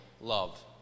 love